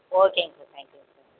ஓகேங்க sir thank you sir